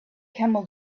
camel